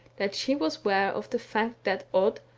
that she was ware of the fact that odd,